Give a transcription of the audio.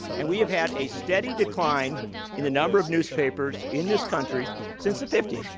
and we have had a steady decline in the number of newspapers in this country since the fifty s.